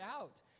out